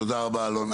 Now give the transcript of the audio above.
תודה רבה אלון.